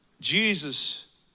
Jesus